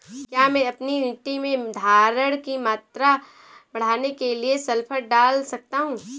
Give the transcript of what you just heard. क्या मैं अपनी मिट्टी में धारण की मात्रा बढ़ाने के लिए सल्फर डाल सकता हूँ?